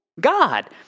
God